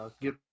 get